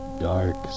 dark